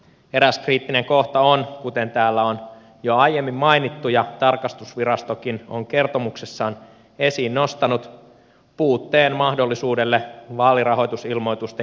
eräs kriittinen kohta on kuten täällä on jo aiemmin mainittu ja tarkastusvirastokin on kertomuksessaan esiin nostanut että puuttuu mahdollisuus vaalirahoitusilmoitusten jälkitarkastamiseen